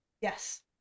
Yes